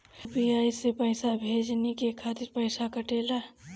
UPI से पइसा भेजने के खातिर पईसा कटेला?